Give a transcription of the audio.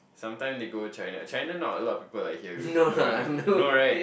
sometime they go China China not a lot of people like here around here no right